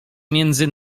między